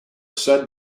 said